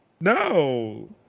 no